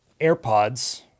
AirPods